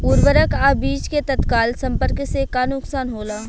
उर्वरक अ बीज के तत्काल संपर्क से का नुकसान होला?